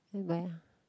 at where ah